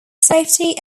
safety